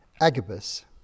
Agabus